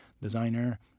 designer